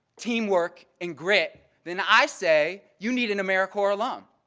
teamwork and grit, then i say you need an americorps alum,